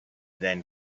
then